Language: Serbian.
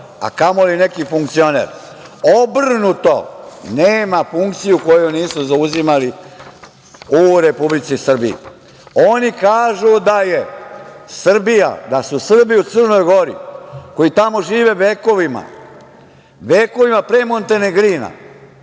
a kamoli neki funkcioner. Obrnuto. Nema funkcije koju nisu zauzimali u Republici Srbiji. Oni kažu da su Srbi u Crnoj Gori, koji tamo žive vekovima, vekovima pre Montenegrina,